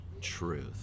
truth